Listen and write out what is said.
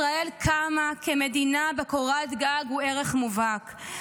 ישראל קמה כמדינה שבה קורת גג הוא ערך מובהק,